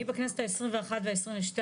בכנסת ה-21 וה-22,